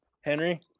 Henry